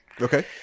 Okay